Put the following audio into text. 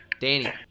Danny